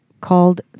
Called